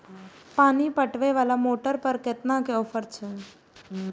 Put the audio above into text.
पानी पटवेवाला मोटर पर केतना के ऑफर छे?